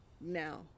now